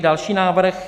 Další návrh.